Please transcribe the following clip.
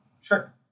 Sure